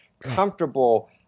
comfortable